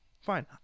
Fine